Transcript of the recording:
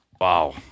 Wow